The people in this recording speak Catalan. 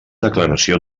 declaració